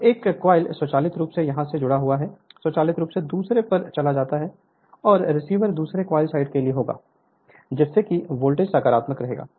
तो यह कॉइल स्वचालित रूप से यहां से जुड़ा हुआ है स्वचालित रूप से दूसरे पर चला जाता है और रिवर्स दूसरे कॉइल साइड के लिए होगा जिससे कि वोल्टेज सकारात्मक रहेगा